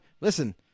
listen